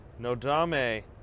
Nodame